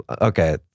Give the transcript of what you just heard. Okay